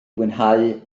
fwynhau